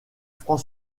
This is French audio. franc